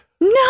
No